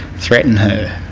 threaten her,